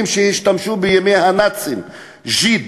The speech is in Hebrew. שהשתמשו בהם בימי הנאצים: "ז'יד",